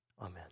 Amen